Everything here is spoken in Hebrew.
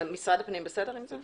משרד הפנים בסדר עם זה?